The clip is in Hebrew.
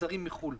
מוצרים מחו"ל.